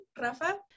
Rafa